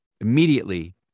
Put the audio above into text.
immediately